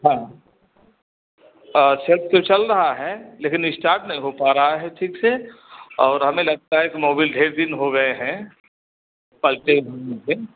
हाँ सेल्फ़ तो चल रहा है लेकिन स्टार्ट नहीं हो पा रही है ठीक से और हमें लगता है कि मोबिल दिन हो गए हैं